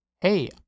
hey